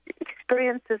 experiences